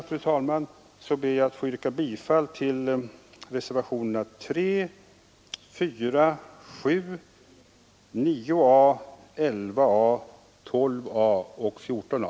Med dessa ord ber jag att få yrka bifall till reservationerna 3,4, 7,9 a, 11 a, 12 a och 14 a.